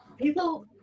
people